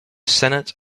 senate